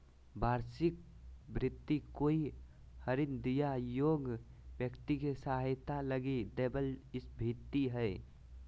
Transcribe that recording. वार्षिक भृति कोई दरिद्र या योग्य व्यक्ति के सहायता लगी दैबल भित्ती हइ